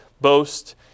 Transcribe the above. boast